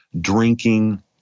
drinking